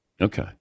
Okay